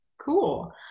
cool